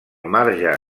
marge